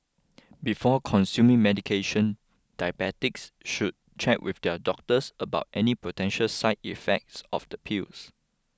before consuming medication diabetics should check with their doctors about any potential side effects of the pills